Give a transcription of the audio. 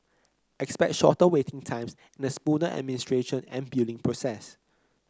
expect shorter waiting times the smoother administration and billing process